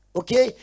okay